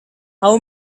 how